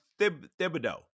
Thibodeau